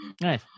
Nice